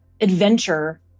adventure